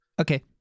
okay